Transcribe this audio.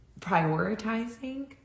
prioritizing